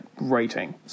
rating